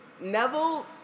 Neville